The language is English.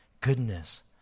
goodness